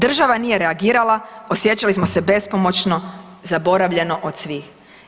Država nije reagirala, osjećali smo se bespomoćno, zaboravljeno od svih.